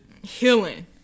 Healing